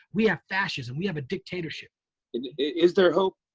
we have fascism. we have a dictatorship. and is there hope?